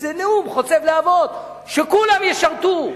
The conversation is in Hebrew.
איזה נאום חוצב להבות, שכולם ישרתו.